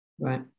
Right